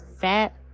fat